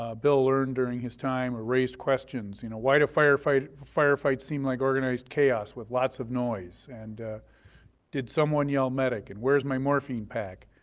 ah bill learned during his time or raised questions, you know, why do firefights firefights seem like organized chaos with lots of noise? and did someone yell medic? and where's my morphine pack.